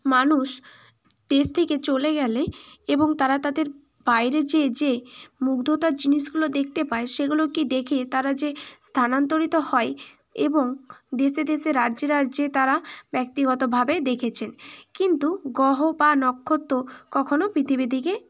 মানুষ দেশ থেকে চলে গেলে এবং তারা তাদের বাইরে যেয়ে যেয়ে মুগ্ধতার জিনিসগুলো দেখতে পায় সেগুলোকে দেখে তারা যে স্থানান্তরিত হয় এবং দেশে দেশে রাজ্যে রাজ্যে তারা ব্যক্তিগতভাবে দেখেছেন কিন্তু গ্রহ বা নক্ষত্র কখনও পৃথিবী থেকে